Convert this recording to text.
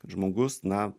žmogus na